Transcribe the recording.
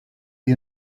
you